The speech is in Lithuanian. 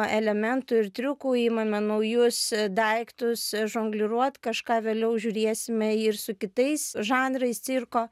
elementų ir triukų imame naujus daiktus žongliruot kažką vėliau žiūrėsime ir su kitais žanrais cirko